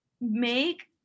make